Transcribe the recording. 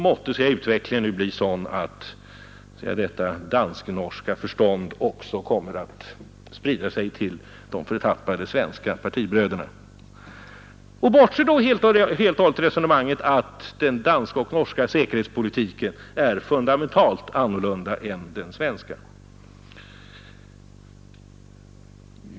Måtte nu utvecklingen bli sådan att detta dansk-norska förstånd också kommer att spridas till de förtappade svenska partibröderna! Då bortser herr Bohman helt och hållet från att den danska och den norska säkerhetspolitiken är fundamentalt annorlunda än den svenska.